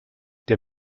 der